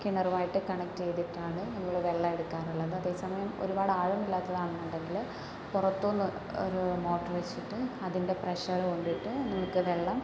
കിണറും ആയിട്ട് കണക്റ്റ് ചെയ്തിട്ടാണ് നമ്മൾ വെള്ളം എടുക്കാറുള്ളത് അതേസമയം ഒരുപാട് ആഴം ഇല്ലാത്തതാണെന്നുണ്ടെങ്കിൽ പുറത്ത് നിന്ന് ഒരു മോട്ടോറ് വെച്ചിട്ട് അതിൻ്റെ പ്രഷർ കൊണ്ടിട്ട് നമുക്ക് വെളളം